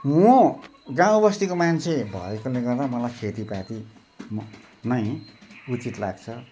म गाउँबस्तीको मान्छे भएकोले गर्दा मलाई खेतीपातीमै उचित लाग्छ